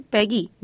Peggy